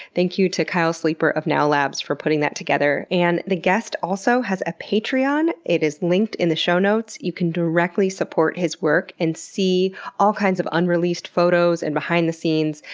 thank you to kyle sleeper of now labs for putting that together. and the guest also has a patreon. it is linked in the show notes, you can directly support his work and see all kinds of unreleased photos and behind the scenes.